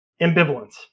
ambivalence